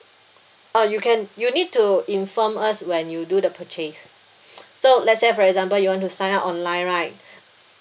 orh you can you need to inform us when you do the purchase so let's say for example you want to sign up online right